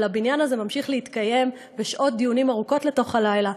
אבל הבניין הזה ממשיך להתקיים בשעות דיונים ארוכות לתוך הלילה,